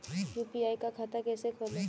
UPI का खाता कैसे खोलें?